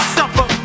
suffer